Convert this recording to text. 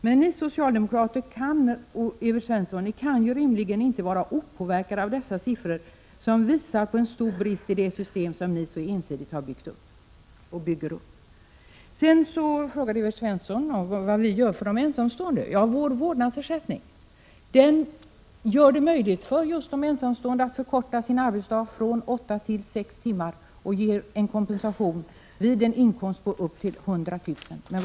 Men ni socialdemokrater kan inte rimligen vara opåverkade av dessa siffror, som visar på en stor brist i det system som ni så ensidigt har byggt upp och bygger upp. Evert Svensson frågade vad vi gör för de ensamstående föräldrarna. Vår vårdnadsersättning gör det möjligt för de ensamstående föräldrarna att förkorta sin arbetsdag från åtta till sex timmar och ger kompensation vid en inkomst upp till 100 000 kr.